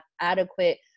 adequate